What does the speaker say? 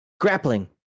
Grappling